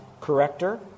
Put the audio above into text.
corrector